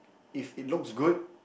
if it looks good